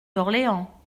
d’orléans